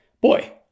Boy